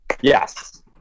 Yes